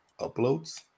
uploads